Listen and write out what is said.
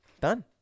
Done